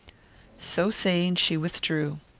so saying, she withdrew.